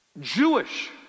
Jewish